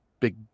big